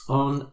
on